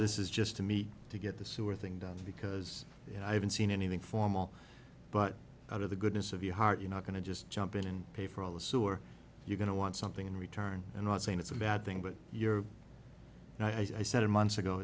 this is just to me to get the sewer thing done because i haven't seen anything formal but out of the goodness of your heart you're not going to just jump in and pay for all the sewer you're going to want something in return and not saying it's a bad thing but you're right i said it months ago